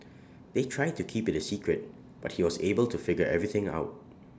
they tried to keep IT A secret but he was able to figure everything out